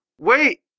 Wait